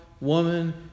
woman